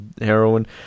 heroin